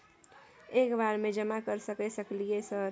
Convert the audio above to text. एक बार में जमा कर सके सकलियै सर?